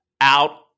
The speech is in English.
out